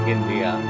India